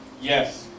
Yes